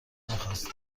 میخواستم